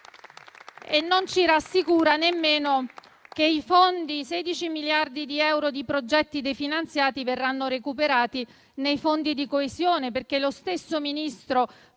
Non ci rassicura nemmeno che i 16 miliardi di euro di progetti definanziati verranno recuperati nei fondi di coesione, perché lo stesso Ministro